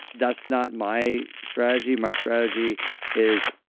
that's not my strategy. my strategy is.